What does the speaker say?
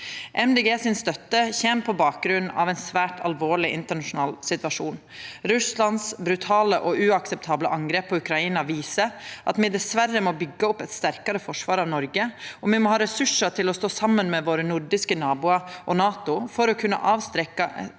Dei Grøne kjem på bakgrunn av ein svært alvorleg internasjonal situasjon. Russlands brutale og uakseptable angrep på Ukraina viser at me dessverre må byggja opp eit sterkare forsvar av Noreg, og me må ha ressursar til å stå saman med våre nordiske naboar og NATO for å kunna avskrekka